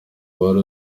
wari